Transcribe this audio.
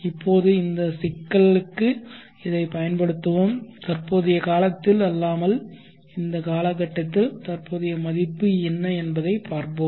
இப்போது இந்த சிக்கலுக்கு இதைப் பயன்படுத்துவோம் தற்போதைய காலத்தில் அல்லாமல் இந்த கால கட்டத்தில் தற்போதைய மதிப்பு என்ன என்பதைப் பார்ப்போம்